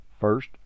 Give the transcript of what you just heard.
First